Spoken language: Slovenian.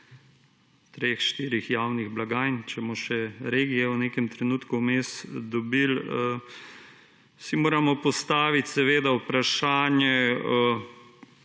treh, štirih javnih blagajn, če bomo še regije v nekem trenutku vmes dobili, si moramo postaviti, seveda, vprašanje